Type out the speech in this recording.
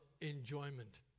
enjoyment